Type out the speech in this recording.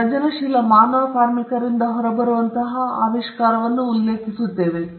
ನಾವು ಸೃಜನಶೀಲ ಮಾನವ ಕಾರ್ಮಿಕರಿಂದ ಹೊರಬರುವಂತಹ ಆವಿಷ್ಕಾರವನ್ನು ಉಲ್ಲೇಖಿಸುತ್ತೇವೆ